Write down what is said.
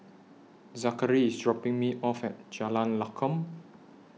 Zakary IS dropping Me off At Jalan Lakum